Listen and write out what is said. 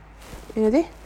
என்னது:ennathu